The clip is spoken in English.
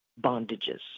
bondages